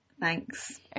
Thanks